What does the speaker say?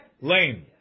lame